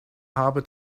harbor